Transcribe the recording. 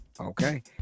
Okay